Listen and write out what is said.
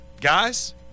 Guys